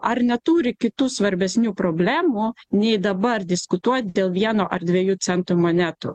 ar neturi kitų svarbesnių problemų nei dabar diskutuot dėl vieno ar dviejų centų monetų